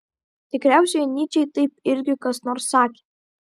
tikriausiai nyčei taip irgi kas nors sakė